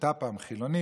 שהייתה פעם חילונית,